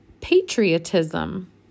patriotism